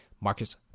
Marcus